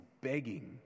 begging